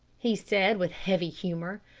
he said with heavy humour.